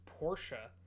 Porsche